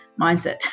mindset